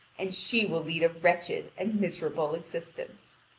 and she will lead a wretched and miserable existence.